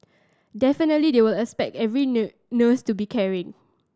definitely they will expect every nurse to be caring